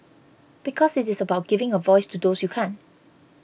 because it is about giving a voice to those you can't